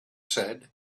said